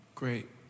Great